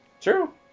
True